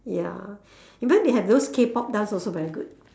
ya in fact they have those Kpop dance also very good